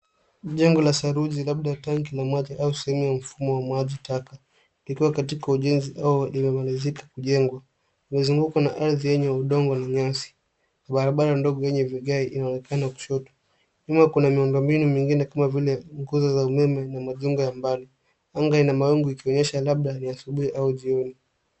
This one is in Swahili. Jengo la saruji labda tanki la maji au sehemu ya mfumo wa maji taka likiwa katika ujenzi au limemalizika kujengea limezungukwa na ardhi yenye udongo na nyasi. Barabara ndogo yenye vigae inaonekana kushoto. Nyuma kuna miundombinu mingine kama vile nguzo za umeme na majengo ya mbali. Anga ina mawingu ikionyesha labda ni asubuhi au jioni.